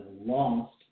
lost